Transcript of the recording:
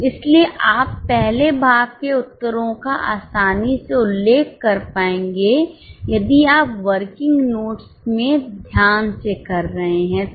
इसलिए आप पहले भाग के उत्तरों का आसानी से उल्लेख कर पाएंगे यदि आप वर्किंग नोट्स में ध्यान से कर रहे हैं तो